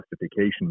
justification